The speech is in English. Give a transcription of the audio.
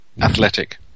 athletic